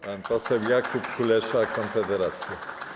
Pan poseł Jakub Kulesza, Konfederacja.